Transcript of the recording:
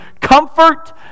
comfort